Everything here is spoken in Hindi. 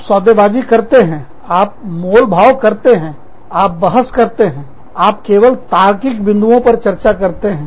आप सौदेबाजी करते हैं आप मोलभाव करते हैं आप बहस करते हैं आप केवल तार्किक बिंदुओं पर चर्चा करते हैं